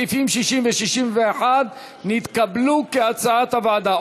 סעיפים 60 ו-61 נתקבלו, כהצעת הוועדה.